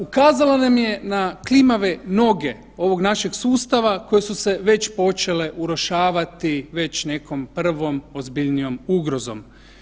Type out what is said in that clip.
Ukazala nam je na klimave noge ovog našeg sustava koje su se već počele urušavati već nekom prvom ozbiljnijom ugrozom.